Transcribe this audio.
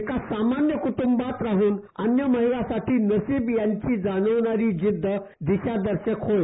एका सामान्य कुंटूंबात राहून अन्य महिलांसाठी नसिब यांची जाणवणारी जिद्ध दिशादर्शक होय